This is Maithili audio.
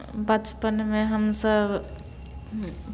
बचपनमे हमसभ